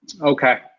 Okay